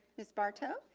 ms. barto.